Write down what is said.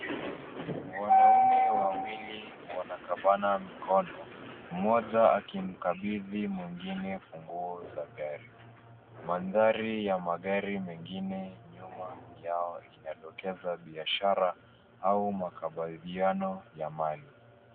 Wanaume wawili wanakabana mikono. Mmoja akimkabidhi mwengine funguo za gari. Mandhari ya magari mengine nyuma yao inadokeza biashara au makabadhiano ya mali.